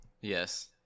Yes